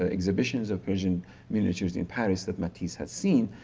exhibitions of persian miniatures in paris that matisse had seen,